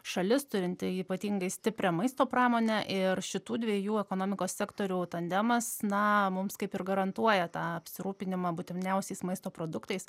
šalis turinti ypatingai stiprią maisto pramonę ir šitų dviejų ekonomikos sektorių tandemas na mums kaip ir garantuoja tą apsirūpinimą būtiniausiais maisto produktais